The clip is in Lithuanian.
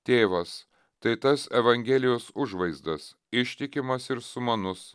tėvas tai tas evangelijos užvaizdas ištikimas ir sumanus